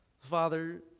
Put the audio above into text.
Father